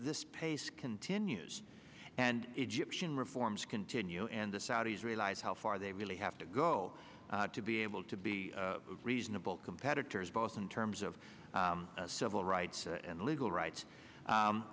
this pace continues and egyptian reforms continue and the saudis realize how far they really have to go to be able to be reasonable competitors both in terms of civil rights and legal rights